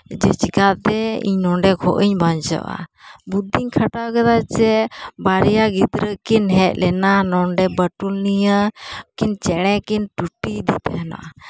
ᱡᱮ ᱪᱤᱠᱟᱹᱛᱮ ᱤᱧ ᱱᱚᱸᱰᱮ ᱠᱷᱚᱱᱤᱧ ᱵᱟᱧᱪᱟᱜᱼᱟ ᱵᱩᱫᱽᱫᱷᱤᱧ ᱠᱷᱟᱴᱟᱣ ᱠᱮᱫᱟ ᱡᱮ ᱵᱟᱨᱭᱟ ᱜᱤᱫᱽᱨᱟᱹ ᱠᱤᱱ ᱦᱮᱡ ᱞᱮᱱᱟ ᱵᱟᱹᱴᱩᱞ ᱱᱤᱭᱮ ᱠᱤᱱ ᱪᱮᱬᱮ ᱠᱤᱱ ᱴᱩᱴᱤᱭᱮᱫᱮ ᱛᱟᱦᱮᱱᱟ